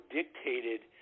dictated